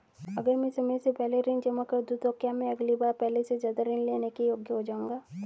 अगर मैं समय से पहले ऋण जमा कर दूं तो क्या मैं अगली बार पहले से ज़्यादा ऋण लेने के योग्य हो जाऊँगा?